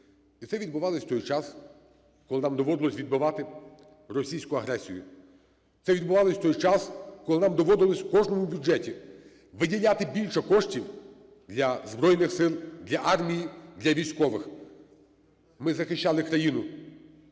І це відбувалося в той час, коли нам доводилося відбивати російську агресію. Це відбувалося в той час, коли нам доводилося в кожному бюджеті виділяти більше коштів для Збройних Сил, для армії, для військових. Ми захищали країну